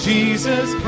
Jesus